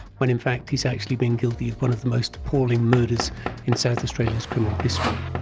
when in fact he's actually been guilty of one of the most appalling murders in south australia's criminal history.